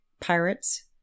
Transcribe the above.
pirates